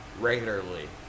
regularly